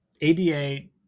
ADA